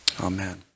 Amen